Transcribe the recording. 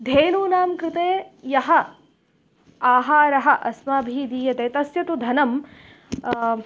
धेनूनां कृते यः आहारः अस्माभिः दीयते तस्य तु धनं